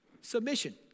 submission